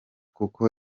kuko